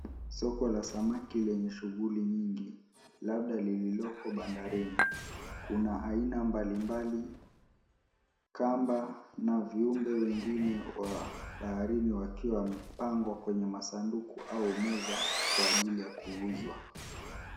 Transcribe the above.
Soko la samaki lenye shughuli nyingi labda lililoko bandarini. Kuna aina mbalimbali, kamba na viumbe wengine wa baharini wakiwa wamepangwa kwenye masanduku au meza kwa ajili ya kuuzwa.